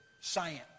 science